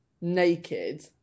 naked